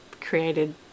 created